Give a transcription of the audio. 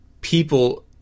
people